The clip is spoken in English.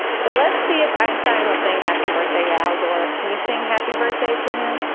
so let's see if einstein will sing happy birthday to al gore. can you sing happy birthday to him?